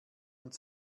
und